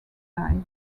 died